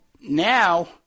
now